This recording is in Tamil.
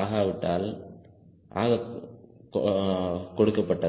ஆக கொடுக்கப்பட்டது